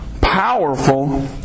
powerful